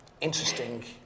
interesting